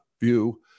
view